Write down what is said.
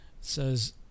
says